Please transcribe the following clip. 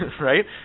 right